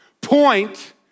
Point